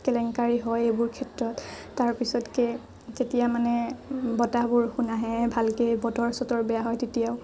কেলেংকাৰী হয় এইবোৰ ক্ষেত্ৰত তাৰপিছতকে যেতিয়া মানে বতাহ বৰষুণ আহে ভালকে বতৰ চতৰ বেয়া হয় তেতিয়াও